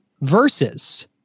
versus